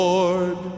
Lord